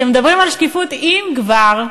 כשמדברים על שקיפות, אם כבר,